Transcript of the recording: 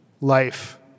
life